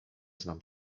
znam